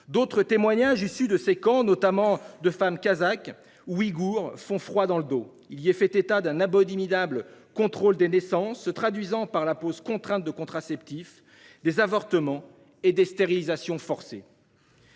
D'autres témoignages issus de ces camps, notamment de femmes kazakhes ou ouïghoures, font froid dans le dos. Il y est fait état d'abominables contrôles des naissances se traduisant par la pose contrainte de contraceptifs, des avortements et des stérilisations forcées.